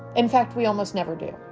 in fact, we almost never do